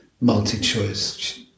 multi-choice